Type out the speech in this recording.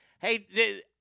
Hey